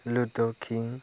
लुड' किं